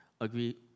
agree